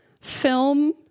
film